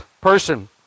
person